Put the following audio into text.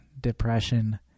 depression